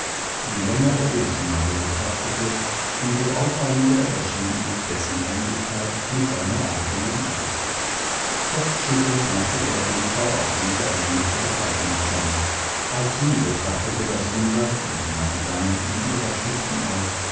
je länger er den schnabel betrachtete um so auffallender erschien ihm dessen ähnlichkeit mit seiner eigenen axt kopfschüttelnd machte er eva auf diese ähnlichkeit aufmerksam auch sie betrachtete das wunder und meinte dann in ihrer schlichten art